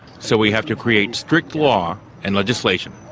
so we have to create strict law and legislation.